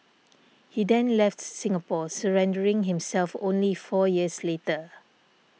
he then left Singapore surrendering himself only four years later